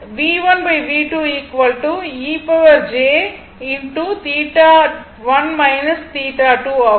இது ஆகும்